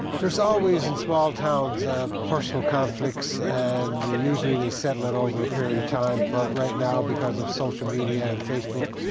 there's always in small towns personal conflicts, and usually they settle it over a period of time. but right now because of social media and facebook,